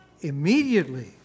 Immediately